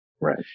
Right